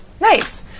Nice